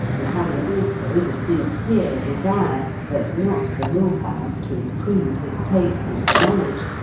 and having also the sincere desire but not the will-power to improve his taste and knowledge,